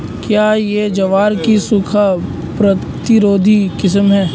क्या यह ज्वार की सूखा प्रतिरोधी किस्म है?